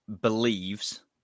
believes